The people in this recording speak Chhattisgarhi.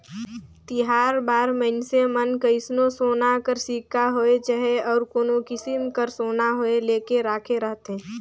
तिहार बार मइनसे मन कइसनो सोना कर सिक्का होए चहे अउ कोनो किसिम कर सोना होए लेके राखे रहथें